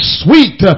sweet